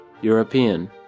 European